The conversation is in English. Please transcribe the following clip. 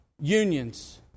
unions